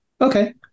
Okay